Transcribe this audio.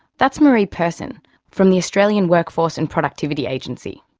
that's marie persson from the australian workforce and productivity agency.